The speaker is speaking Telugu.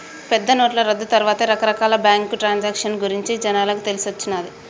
పెద్దనోట్ల రద్దు తర్వాతే రకరకాల బ్యేంకు ట్రాన్సాక్షన్ గురించి జనాలకు తెలిసొచ్చిన్నాది